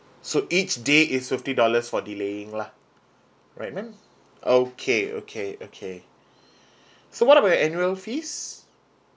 so each day is fifty dollars for delaying lah alright ma'am okay okay okay so what about your annual fees